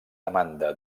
demanda